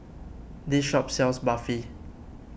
this shop sells Barfi